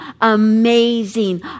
amazing